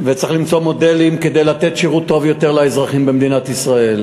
וצריך למצוא מודלים כדי לתת שירות טוב יותר לאזרחים במדינת ישראל,